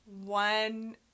one